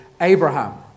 Abraham